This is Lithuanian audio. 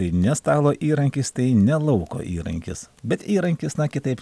tai ne stalo įrankis tai ne lauko įrankis bet įrankis na kitaip